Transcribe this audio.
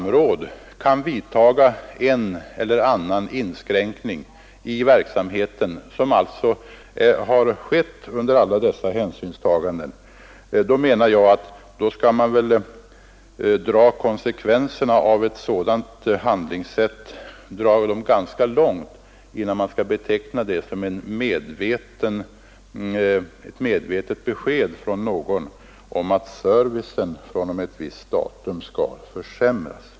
vidta en eller annan inskränkning i verksamheten för att täcka de kostnader som arbetstidsförkortningen medför, så kan väl detta ändock inte betecknas som ett medvetet besked om att servicen från ett visst datum skall försämras.